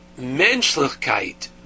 menschlichkeit